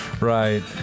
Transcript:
Right